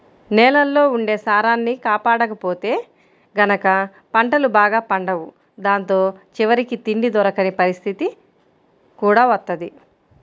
నేలల్లో ఉండే సారాన్ని కాపాడకపోతే గనక పంటలు బాగా పండవు దాంతో చివరికి తిండి దొరకని పరిత్తితి కూడా వత్తది